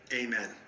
amen